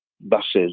buses